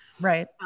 Right